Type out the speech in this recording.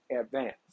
advance